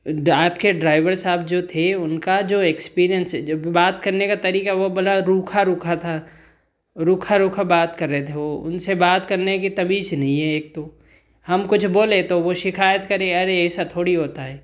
आपके ड्राइवर साहब जो थे उनका जो एक्सपीरीयंस जो बात करने का तरीका वह बड़ा रुखा रुखा था रुखा रुखा बात कर रहे थे वह उनसे बात करने की तमीज़ नहीं है एक तो हमको कुछ बोले तो वह शिकायत करे यार ऐसा थोड़ी ही होता है